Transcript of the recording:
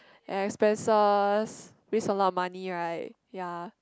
expenses waste a lot money right ya